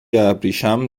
ابریشم